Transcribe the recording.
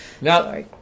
Now